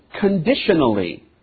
Conditionally